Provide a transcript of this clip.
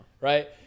Right